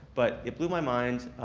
but it my mind,